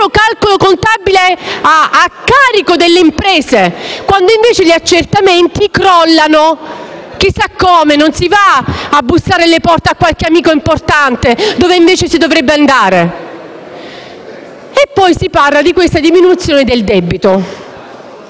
calcolo contabile a carico delle imprese, quando invece gli accertamenti crollano. Chissà come, non si va a bussare alle porte di qualche amico importante, da cui invece si dovrebbe andare. Si parla, poi, di riduzione del debito.